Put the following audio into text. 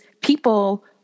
people